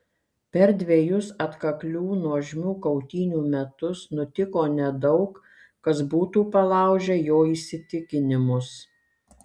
per dvejus atkaklių nuožmių kautynių metus nutiko nedaug kas būtų palaužę jo įsitikinimus